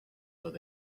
where